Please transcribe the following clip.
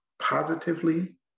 positively